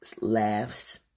laughs